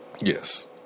Yes